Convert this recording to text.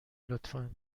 لطفا